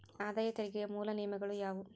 ಆದಾಯ ತೆರಿಗೆಯ ಮೂಲ ನಿಯಮಗಳ ಯಾವು